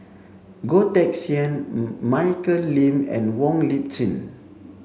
Goh Teck Sian Michelle Lim and Wong Lip Chin